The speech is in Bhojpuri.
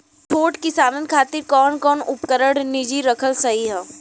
छोट किसानन खातिन कवन कवन उपकरण निजी रखल सही ह?